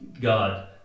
God